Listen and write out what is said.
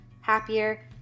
happier